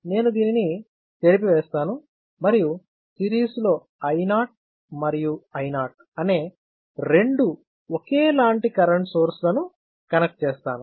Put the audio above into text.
నేను దీనిని చెరిపివేస్తాను మరియు సిరీస్ లో I0 మరియు I0 అనే రెండు ఒకేలాంటి కరెంట్ సోర్స్లను కనెక్ట్ చేస్తాను